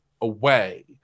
away